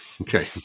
Okay